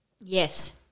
Yes